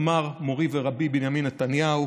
אמר מורי ורבי בנימין נתניהו,